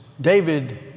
David